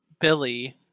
Billy